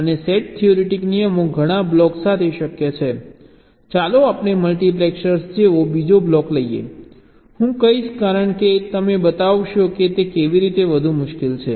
અને set theoretic નિયમો ઘણા બ્લોક માટે શક્ય છે ચાલો આપણે મલ્ટીપ્લેક્સર જેવો બીજો બ્લોક લઈએ હું કહીશ કારણ કે તમે બતાવશો કે તે કેવી રીતે વધુ મુશ્કેલ છે